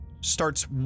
starts